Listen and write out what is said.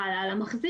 חלה על המחזיק.